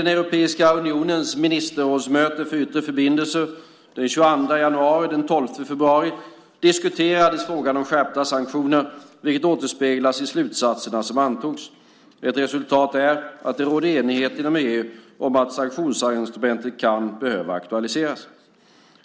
Vid Europeiska unionens ministerrådsmöte för yttre förbindelser den 22 januari och den 12 februari i år diskuterades frågan om skärpta sanktioner, vilket återspeglas i slutsatserna som antogs. Ett resultat är att det råder enighet inom EU om att sanktionsinstrumentet kan behöva aktualiseras.